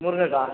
முருங்கக்காய்